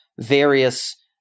various